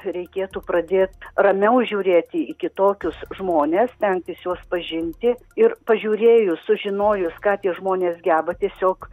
reikėtų pradėt ramiau žiūrėti į kitokius žmones stengtis juos pažinti ir pažiūrėjus sužinojus ką tie žmonės geba tiesiog